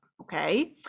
Okay